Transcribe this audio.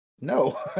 No